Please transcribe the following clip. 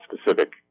specific